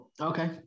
Okay